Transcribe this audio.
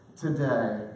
today